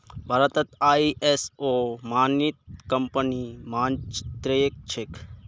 भारतत आई.एस.ओ प्रमाणित कंपनी नाममात्रेर छेक